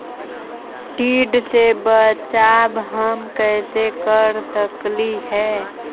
टीडा से बचाव हम कैसे कर सकली हे?